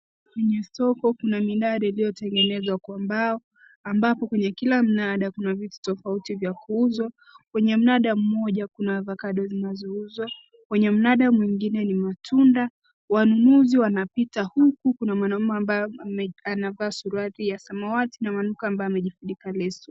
kwenye stoko kuna minara iliotengenezwa kwa mbao ambapo kwenye kila mnara kuna vitu tofauti vya kuuzwa. Kwenye mnada mmoja kuna vakado zinazohuzwa, kwenye mnada mwingine kuna matunda. Wanunuzi wanapita huku kuna mwanaume ambaye anavaa suruali ya samawati na maduka ambaye amejifunika leso.